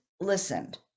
listened